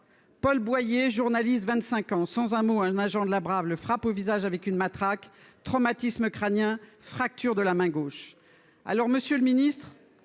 Paul Boyer, journaliste, 25 ans, sans un mot, un agent de la BRAV, le frappe au visage, avec une matraque traumatisme crânien, fracture de la main gauche.